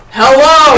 hello